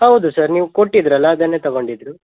ಹೌದು ಸರ್ ನೀವು ಕೊಟ್ಟಿದ್ದಿರಲ್ಲ ಅದನ್ನೇ ತೊಗೊಂಡಿದ್ರು